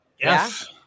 Yes